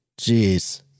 Jeez